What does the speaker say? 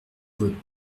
veut